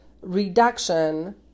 reduction